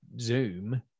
zoom